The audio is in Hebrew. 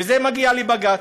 וזה מגיע לבג"ץ.